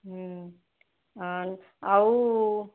ଆଉ